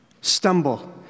stumble